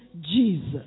Jesus